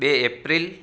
બે એપ્રિલ